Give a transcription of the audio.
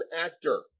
actor